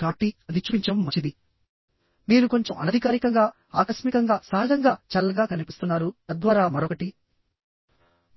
కాబట్టి అది చూపించడం మంచిది మీరు కొంచెం అనధికారికంగా ఆకస్మికంగా సహజంగా చల్లగా కనిపిస్తున్నారు తద్వారా మరొకటి